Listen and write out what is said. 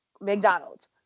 mcdonald's